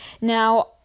Now